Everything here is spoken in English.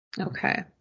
Okay